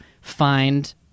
find